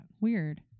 Weird